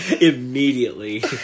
immediately